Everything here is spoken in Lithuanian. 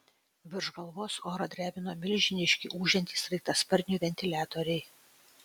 virš galvos orą drebino milžiniški ūžiantys sraigtasparnių ventiliatoriai